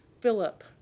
Philip